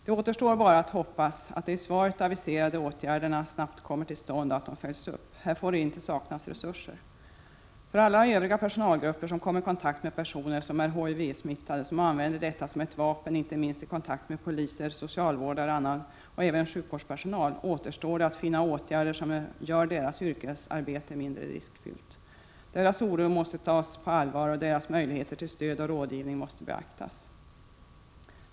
Det återstår bara att hoppas att de i svaret aviserade åtgärderna snabbt kommer till stånd och att de följs upp. Här får inte saknas resurser. För alla övriga personalgrupper som kommer i kontakt med personer som är HIV-smittade och som använder detta som ett vapen inte minst i sin kontakt med poliser, socialvårdare och även sjukvårdspersonal återstår det att finna åtgärder som gör yrkesarbetet på området mindre riskfyllt. Personalens oro måste tas på allvar, och möjligheterna till stöd och rådgivning måste beaktas.